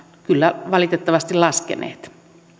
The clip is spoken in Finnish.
kyllä valitettavasti laskeneet